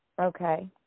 Okay